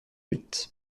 huit